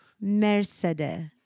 Mercedes